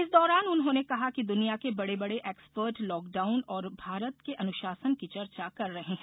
इस दौरान उन्होंने कहा कि दुनिया के बड़े बड़े एक्सपर्ट लॉकडाउन और भारत के अनुशासन की चर्चा कर रहे हैं